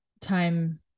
time